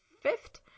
fifth